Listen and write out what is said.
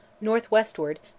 northwestward